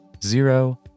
Zero